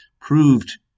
proved